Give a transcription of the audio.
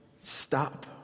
Stop